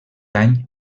any